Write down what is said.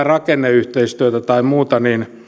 rakenneyhteistyöstä tai muusta että nämä